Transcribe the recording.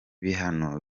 bihano